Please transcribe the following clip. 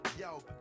Yo